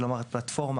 כלומר, פלטפורמה